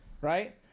right